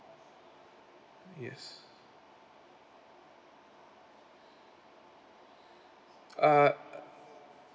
yes uh